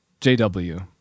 JW